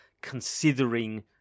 considering